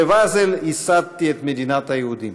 "בבאזל ייסדתי את מדינת היהודים".